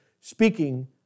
speaking